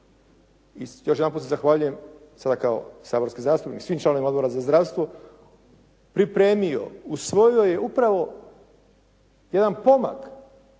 i još jedanput se zahvaljujem sada kao saborski zastupnik svim članovima Odbora za zdravstvo pripremio, usvojio je upravo jedan pomak